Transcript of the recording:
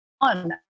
on